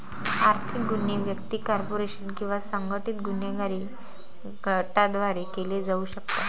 आर्थिक गुन्हे व्यक्ती, कॉर्पोरेशन किंवा संघटित गुन्हेगारी गटांद्वारे केले जाऊ शकतात